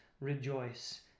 rejoice